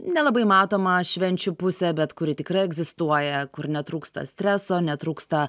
nelabai matomą švenčių pusę bet kuri tikrai egzistuoja kur netrūksta streso netrūksta